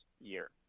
year